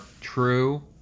true